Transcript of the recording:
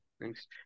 thanks